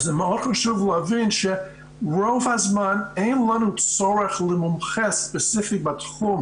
ומאוד חשוב להבין שרוב הזמן אין לנו צורך למומחה ספציפי בתחום